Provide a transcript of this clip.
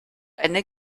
eine